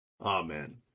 Amen